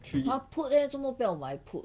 !huh! put leh 为什么不要买 put